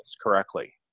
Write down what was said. correctly